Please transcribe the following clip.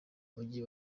mujyi